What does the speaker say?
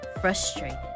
frustrated